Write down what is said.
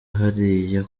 hariya